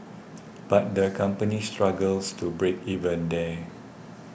but the company struggles to break even there